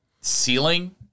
ceiling